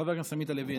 חבר הכנסת עמית הלוי,